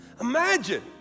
Imagine